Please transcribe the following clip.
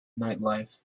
nightlife